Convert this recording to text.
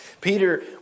peter